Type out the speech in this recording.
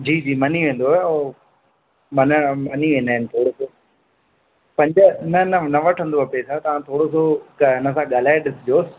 जी जी मनी वेंदव हू मन मनी वेंदा आहिनि पंज न न न वठंदव पेसा तव्हां थोरो सो इन सां ॻाल्हाए ॾिसिजोसि